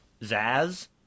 Zaz